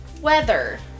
weather